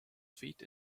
feet